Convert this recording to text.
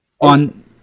on